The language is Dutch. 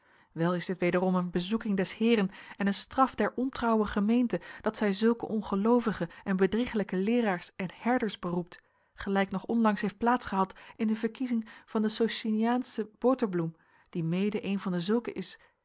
wel is dit wederom een bezoeking des heeren en een straf der ontrouwe gemeente dat zij zulke ongeloovige en bedrieglijke leeraars en herders beroept gelijk nog onlangs heeft plaats gehad in de verkiezing van den sociniaanschen boterbloem die mede een van dezulken is